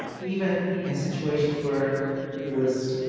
even in situations where it was,